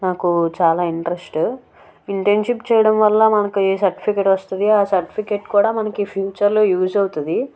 నాకు చాలా interest internship చేయడం వల్ల మనకు సర్టిఫికెట్ వస్తుంది ఆ సర్టిఫికెట్ కూడా మనకి ఫ్యూచర్లో యూస్ అవుతుంది